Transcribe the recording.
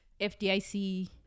FDIC